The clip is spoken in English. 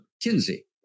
Kinsey